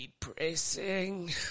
depressing